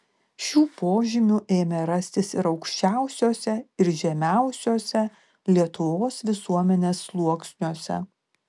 šių požymių ėmė rastis ir aukščiausiuose ir žemiausiuose lietuvos visuomenės sluoksniuose